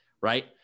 right